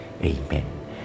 amen